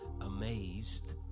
amazed